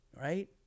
right